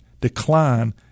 decline